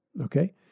Okay